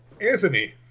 Anthony